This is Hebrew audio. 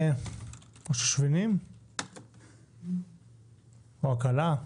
שושבינים או הכלה?